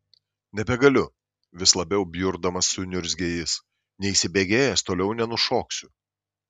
nebegaliu vis labiau bjurdamas suniurzgė jis neįsibėgėjęs toliau nenušoksiu